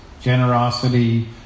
generosity